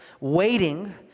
waiting